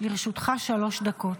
לרשותך שלוש דקות.